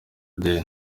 day